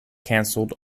canceled